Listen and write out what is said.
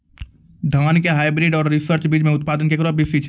धान के हाईब्रीड और रिसर्च बीज मे उत्पादन केकरो बेसी छै?